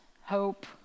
hope